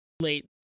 Late